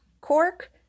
cork